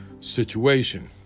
situation